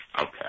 Okay